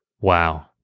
Wow